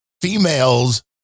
females